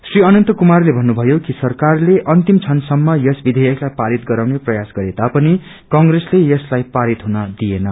श्री अनंतक्रुमारले भन्नुभयो कि सरकारले अन्तिम क्षण सम्म यस विधेयकलाई पारित गराउने प्रयास गरेता पनि कंग्रेसले यसलाई पारित हुन दिएन